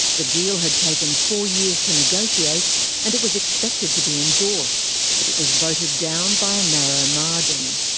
the deal had taken four years to negotiate and it was expected to be endorsed but it was voted down by a narrow margin.